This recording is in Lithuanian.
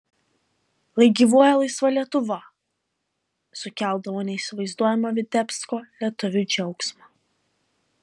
lai gyvuoja laisva lietuva sukeldavo neįsivaizduojamą vitebsko lietuvių džiaugsmą